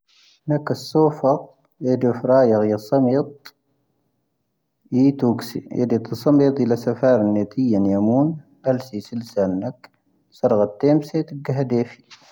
ⵏⴰⴽⴰ ⵙoⴼⴰ ⴻⴷoⴼⵔⴰ'ⵢⴰⵔ ⵢⴰⵙⴰⵎ'ⵢⴰⵜ. ⵢⵉ ⵜⵓⵅⵉ ⴻⴷⴻⵜ ⵜⵓⵙⴰⵎ'ⵢⴰⵜ ⵉⵍⴰ ⵙⴰⴼⴰⵔ ⵏⴻⵜⴻ'ⵢⴻⵏ ⵢⴰⵎ'ⵓⵏ. ⴰⵍⵣⵉ ⵙⵉⵍⵙⴰⵏ'ⴰⴽ ⵙⴰⵔⴰⴷ ⵜⴻⵎⵙⴻ'ⵢⴰⵜ ⴳⴰⵀⴻⴷⴰⴼⵉ.